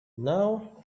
now